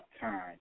time